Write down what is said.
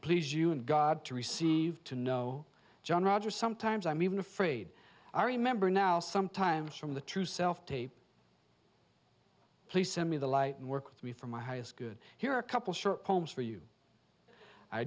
please you and god to receive to know john roger sometimes i'm even afraid i remember now sometimes from the true self tape please send me the light and work with me for my highest good here are a couple short poems for you i